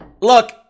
Look